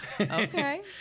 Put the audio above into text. Okay